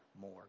more